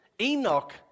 Enoch